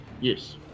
Yes